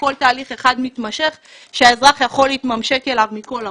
הכול תהליך אחד מתמשך שהאזרח יכול להתממשק אליו מכל ערוץ.